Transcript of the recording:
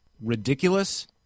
ridiculous